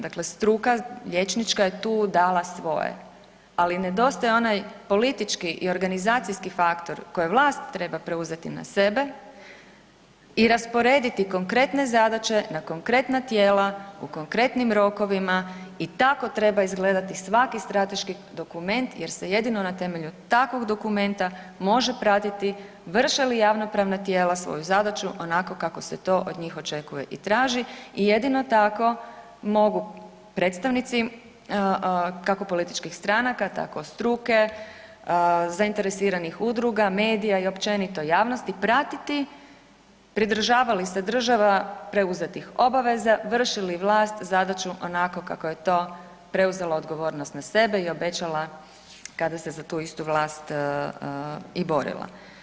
Dakle, struka liječnička je tu dala svoje, ali nedostaje onaj politički i organizacijski faktor koje vlast treba preuzeti na sebe i rasporediti konkretne zadaće na konkretna tijela u konkretnim rokovima i tako treba izgledati svaki strateški dokument jer se jedino na temelju takvog dokumenta može pratiti vrše li javnopravna tijela svoju zadaću onako kako se to on njih očekuje i traži i jedino tako mogu predstavnici kako političkih stranaka tako struke, zainteresiranih udruga, medija i općenito javnosti pratiti pridržava li se država preuzetih obaveza, vrši li vlast zadaću onako kako je to preuzela odgovornost na sebe i obećala kada se za tu istu vlast i borila.